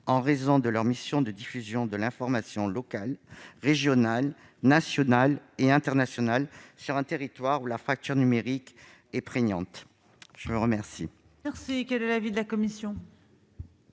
au vu de leur mission de diffusion de l'information locale, régionale, nationale et internationale, sur un territoire où la fracture numérique est prégnante. Quel